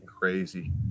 crazy